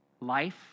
life